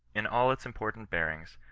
in all its impobtant beabings,